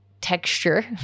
texture